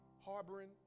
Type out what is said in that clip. harboring